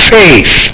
faith